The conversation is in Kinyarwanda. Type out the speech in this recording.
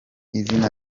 izina